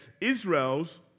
Israel's